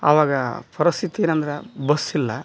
ಆವಾಗ ಪರಿಸ್ಥಿತಿ ಏನಂದ್ರ ಬಸ್ಸಿಲ್ಲ